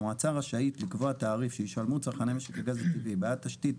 המועצה רשאית לקבוע תעריף שישלמו צרכני משק הגז הטבעי בעד תשתית,